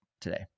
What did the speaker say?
today